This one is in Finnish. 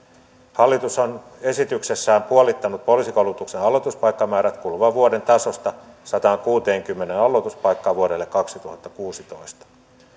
hallitus on esityksessään puolittanut poliisikoulutuksen aloituspaikkamäärät kuluvan vuoden tasosta sataankuuteenkymmeneen aloituspaikkaan vuodelle kaksituhattakuusitoista